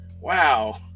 wow